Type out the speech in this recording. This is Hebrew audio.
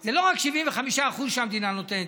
זה לא רק 75% שהמדינה נותנת,